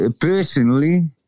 personally